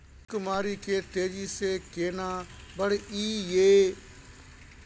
घृत कुमारी के तेजी से केना बढईये?